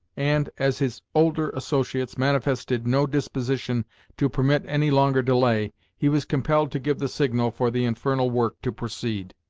and, as his older associates manifested no disposition to permit any longer delay, he was compelled to give the signal for the infernal work to proceed.